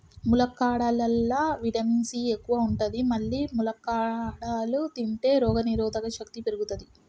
ములక్కాడలల్లా vitamin C ఎక్కువ ఉంటది మల్లి ములక్కాడలు తింటే రోగనిరోధక శక్తి పెరుగుతది